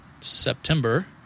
September